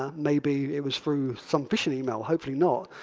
ah maybe it was through some phishing email hopefully not.